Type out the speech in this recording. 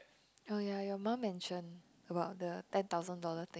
oh ya your mum mentioned about the ten thousand dollar thing